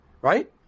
right